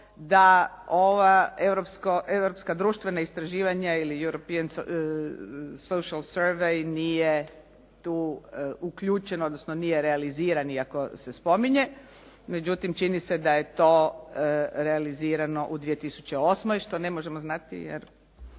da ova europska društvena istraživanja ili European Social Survey nije tu uključen odnosno nije realiziran iako se spominje, međutim čini se da je to realizirano u 2008. što ne možemo znati jer